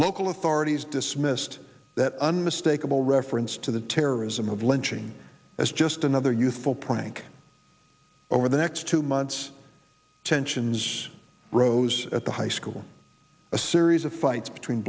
local authorities dismissed that an stake of all reference to the terrorism of lynching as just another youthful prank over the next two months tensions rose at the high school a series of fights between